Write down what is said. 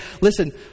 listen